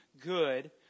good